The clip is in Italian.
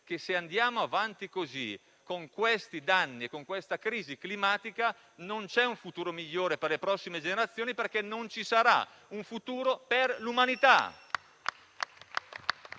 che se andiamo avanti così, con questi danni e questa crisi climatica, non sarà possibile avere un futuro migliore per le prossime generazioni perché non ci sarà un futuro per l'umanità.